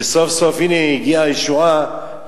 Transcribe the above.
שסוף-סוף הנה הגיעה הישועה,